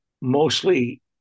mostly